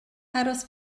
aros